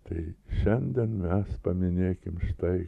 tai šiandien mes paminėkime štai